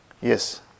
Yes